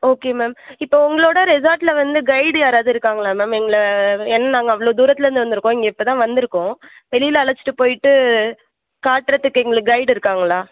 okay ma'am இப்போது உங்களோட ரெசார்ட்டில் வந்து கைடு யாராவது இருக்காங்களா மேம் எங்களை என்ன நாங்கள் அவ்வளோ துாரத்தில் இருந்து வந்திருக்கோம் இங்கே இப்போ தான் வந்திருக்கோம் வெளியில் அழைச்சிட்டு போய்ட்டு காட்டுறதுக்கு எங்களுக்கு கைடு இருக்காங்களா